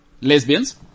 Lesbians